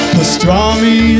Pastrami